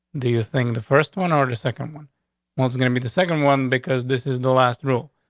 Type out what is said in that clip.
do you think the first one or the second one what's gonna be the second one? because this is the last rule.